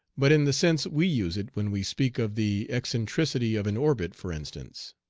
but in the sense we use it when we speak of the eccentricity of an orbit for instance.